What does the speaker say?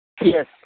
Yes